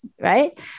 Right